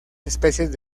especies